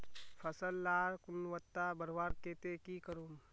फसल लार गुणवत्ता बढ़वार केते की करूम?